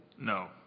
No